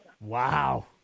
Wow